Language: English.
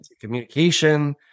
communication